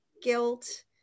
guilt